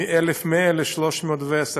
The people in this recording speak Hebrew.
מ-1,100 ל-310,